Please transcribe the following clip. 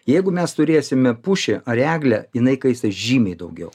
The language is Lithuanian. jeigu mes turėsime pušį ar eglę jinai kaista žymiai daugiau